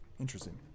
interesting